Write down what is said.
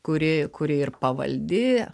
kuri kuri ir pavaldi